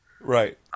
right